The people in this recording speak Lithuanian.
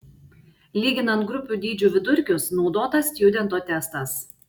lyginant grupių dydžių vidurkius naudotas stjudento testas